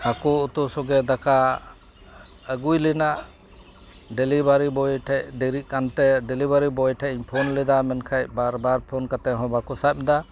ᱦᱟᱹᱠᱩ ᱩᱛᱩ ᱥᱚᱜᱮ ᱫᱟᱠᱟ ᱟᱹᱜᱩᱭ ᱞᱮᱱᱟ ᱰᱮᱞᱤᱵᱷᱟᱨᱤ ᱵᱳᱭ ᱴᱷᱮᱡ ᱰᱮᱨᱤᱜ ᱠᱟᱱ ᱛᱮ ᱰᱮᱞᱤᱵᱷᱟᱨᱤ ᱵᱳᱭ ᱴᱷᱮᱡ ᱤᱧ ᱯᱷᱳᱱ ᱞᱮᱫᱟ ᱢᱮᱱᱠᱷᱟᱡ ᱵᱟᱨ ᱵᱟᱨ ᱯᱷᱳᱱ ᱠᱟᱛᱮ ᱦᱚᱸ ᱵᱟᱠᱚ ᱥᱟᱯ ᱮᱫᱟ